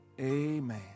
Amen